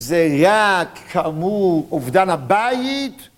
זה רק כאמור אובדן הבית.